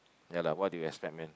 ya lah what do you expect man